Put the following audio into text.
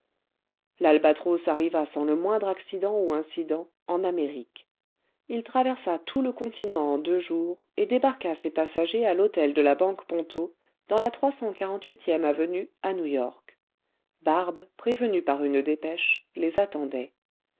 ualbatros arriva sans le moindre accident ou incident en amérique il traversa tout le continent en deux jours et débarqua ses passagers à l'hôtel de la banque ponto dans la trois cent quarante huitième avenue à new-york barbe prévenue par une dépêche les attendait